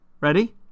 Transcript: Ready